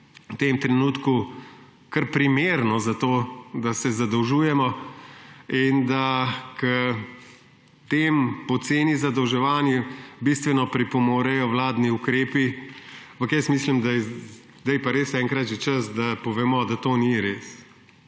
v tem trenutku kar primerno za to, da se zadolžujemo, in da k tem poceni zadolževanjem bistveno pripomorejo vladni ukrepi, ampak jaz mislim, da je zdaj pa res enkrat že čas, da povemo, da to ni res.